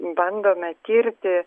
bandome tirti